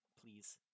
please